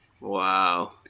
Wow